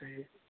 ठीक ऐ